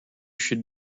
should